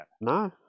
No